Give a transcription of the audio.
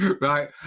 Right